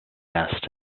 nest